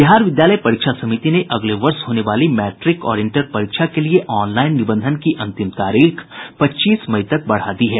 बिहार विद्यालय परीक्षा समिति ने अगले वर्ष होने वाली मैट्रिक और इंटर परीक्षा के लिये ऑनलाइन निबंधन की अंतिम तारीख पच्चीस मई तक बढ़ा दी है